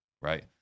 right